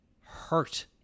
hurt